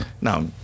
Now